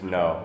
no